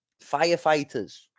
Firefighters